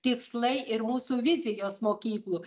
tikslai ir mūsų vizijos mokyklų